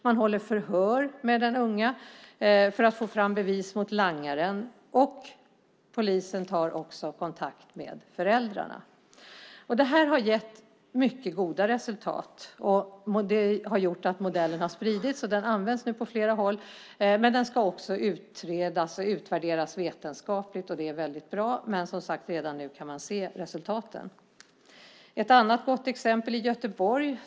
Man håller förhör med den unge för att få fram bevis mot langaren. Polisen tar också kontakt med föräldrarna. Detta har gett mycket goda resultat. Det har gjort att modellen har spridits. Den används nu på flera håll. Men den ska också utredas och utvärderas vetenskapligt, vilket är väldigt bra. Som sagt kan man dock redan nu se resultaten. Ett annat gott exempel är Göteborg.